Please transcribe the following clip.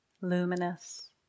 luminous